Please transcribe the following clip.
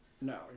no